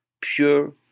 pure